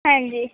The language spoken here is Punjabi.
ਹਾਂਜੀ